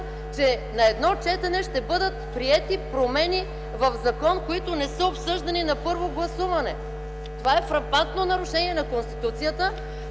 че на едно четене ще бъдат приети промени в закон, които не са обсъждани на първо гласуване! Това е фрапантно нарушение на Конституцията!